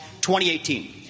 2018